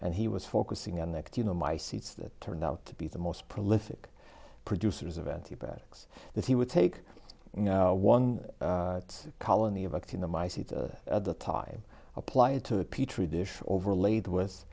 and he was focusing on the you know my seats that turned out to be the most prolific producers of antibiotics that he would take one colony of acting the my seed at the time apply it to a petri dish overlaid with